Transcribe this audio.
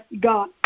God